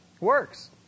Works